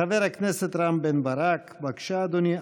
חבר הכנסת רם בן ברק, בבקשה, אדוני.